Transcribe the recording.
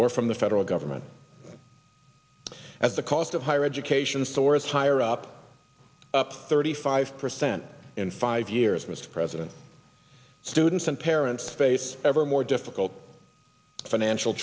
or from the federal government as the cost of higher education stores higher up up thirty five percent in five years mr president students and parents face ever more difficult financial